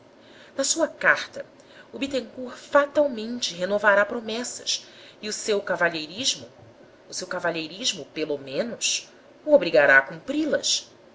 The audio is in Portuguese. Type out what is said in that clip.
na sua carta o bittencourt fatalmente renovará promessas e o seu cavalheirismo o seu cavalheirismo pelo menos o obrigará a cumpri-las